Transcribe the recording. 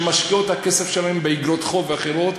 שמשקיעות את הכסף שלהן באיגרות חוב ואחרות,